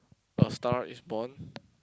A Star is Born